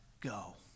go